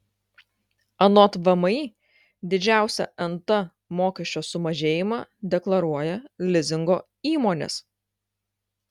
anot vmi didžiausią nt mokesčio sumažėjimą deklaruoja lizingo įmonės